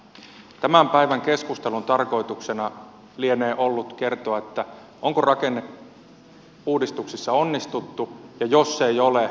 tämän päivän keskustelun tarkoituksena lienee ollut kertoa onko rakenneuudistuksissa onnistuttu ja jos ei ole niin miksi